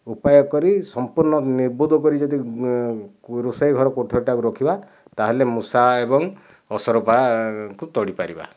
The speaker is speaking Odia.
ଉପାୟ କରି ସମ୍ପୂର୍ଣ୍ଣ ନିବଦ୍ଧ କରି ଯଦି ରୋଷେଇ ଘର କୋଠରିଟାକୁ ରଖିବା ତା'ହେଲେ ମୂଷା ଏବଂ ଅସରପାକୁ ତଡ଼ି ପାରିବା